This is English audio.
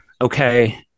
okay